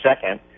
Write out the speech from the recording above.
second